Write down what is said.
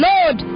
Lord